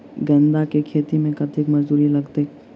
गेंदा केँ खेती मे कतेक मजदूरी लगतैक?